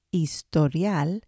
historial